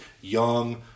Young